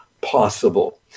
possible